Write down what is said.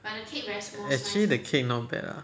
actually the cake not bad lah